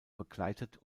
begleitet